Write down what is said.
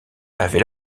avait